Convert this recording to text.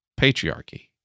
patriarchy